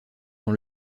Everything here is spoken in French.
dans